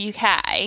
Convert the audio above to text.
UK